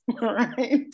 right